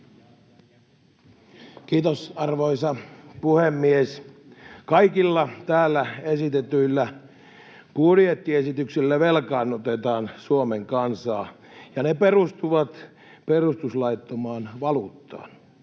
Kiitos, arvoisa puhemies! Kaikilla täällä esitetyillä budjettiesityksillä velkaannutetaan Suomen kansaa, ja ne perustuvat perustuslaittomaan valuuttaan.